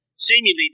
Seemingly